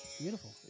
Beautiful